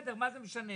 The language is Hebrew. אנו חיים.